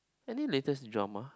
any latest drama